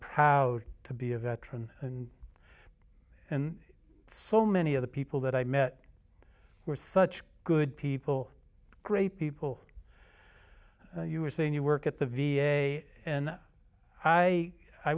proud to be a veteran and and so many other people that i met were such good people great people you were saying you work at the v a and i i